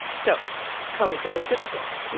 so comey goes to the dinner.